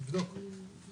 נבדוק.